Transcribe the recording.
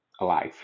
alive